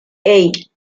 hey